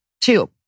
two